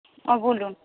ও বলুন